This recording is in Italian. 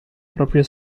proprio